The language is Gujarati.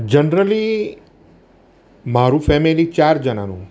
જનરલી મારું ફેમિલી ચાર જણાનું